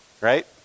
right